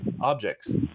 objects